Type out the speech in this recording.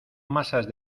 masas